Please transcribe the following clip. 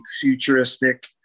futuristic